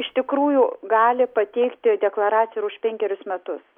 iš tikrųjų gali pateikti deklaraciją ir už penkerius metus